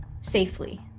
safely